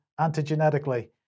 antigenetically